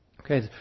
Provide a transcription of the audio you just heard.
Okay